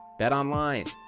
BetOnline